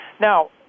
Now